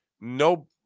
no